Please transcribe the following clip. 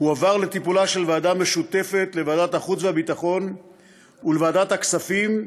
הועבר לטיפולה של ועדה משותפת לוועדת החוץ והביטחון ולוועדת הכספים,